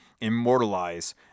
immortalize